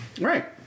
Right